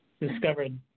discovered